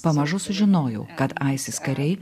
pamažu sužinojau kad isis kariai